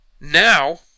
Now